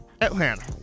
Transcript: Atlanta